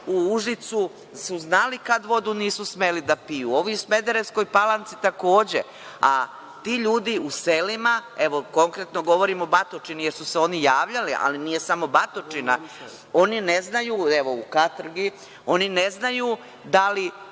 u Užicu su znali kada vodu nisu smeli da piju. Ovi u Smederevskoj Palanci takođe, a ti ljudi u selima, konkretno govorimo o Batočini, jer su se oni javljali, ali nije samo Batočina, oni ne znaju da li voda koju piju da li